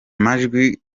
majwi